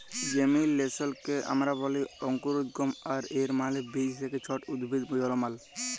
জেমিলেসলকে আমরা ব্যলি অংকুরোদগম আর এর মালে বীজ থ্যাকে ছট উদ্ভিদ জলমাল